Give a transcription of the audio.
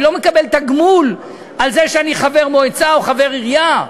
אני לא מקבל תגמול על זה שאני חבר מועצה או חבר עירייה.